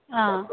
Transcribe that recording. অঁ